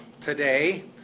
today